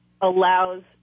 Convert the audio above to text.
allows